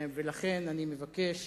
ולכן אני מבקש